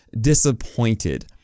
disappointed